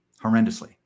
horrendously